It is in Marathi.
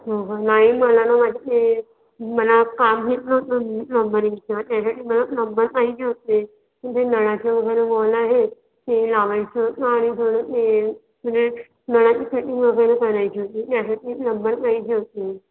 हो हो नाही मला ना माझे हे मला काम प्लम्बरिंगचं त्याच्यासाठी मला प्लम्बर पाहिजे होते ते जे नळाचे वगैरे वॉल आहेत ते लावायचे होते आणि परत ते म्हणजे नळाची सेटिंग वगैरे करायची होती त्यासाठी प्लम्बर पाहिजे होते